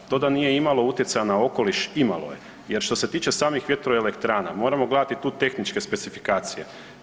To da nije imalo utjecaja na okoliš, imalo je jer što se tiče samih vjetroelektrana moramo gledati tu tehničke specifikacije.